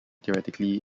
theoretically